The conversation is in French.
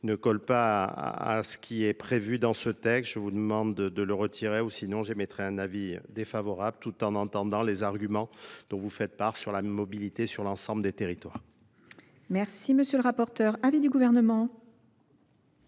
ne colle pas à ce qui est prévu dans ce texte, je vous demande de le retirer ou sinon j'émettrai un avis défavorable tout en entendant les arguments dont vous faites part sur la mobilité sur l'ensemble des territoires. M. le rapporteur, Avis du Gouvernement.